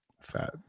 fat